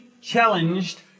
challenged